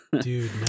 dude